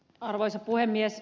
arvoisa puhemies